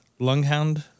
lunghound